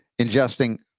ingesting